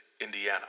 Indiana